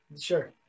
Sure